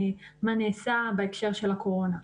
מה נעשה בהקשר של הקורונה.